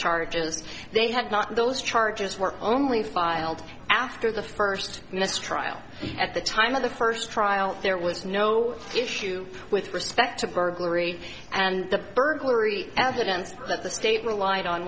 charges they had not those charges were only filed after the first trial at the time of the first trial there was no issue with respect to burglary and the burglary evidence that the state relied on